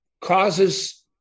causes